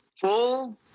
full